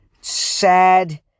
sad